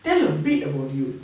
tell a bit about you